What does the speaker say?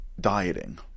dieting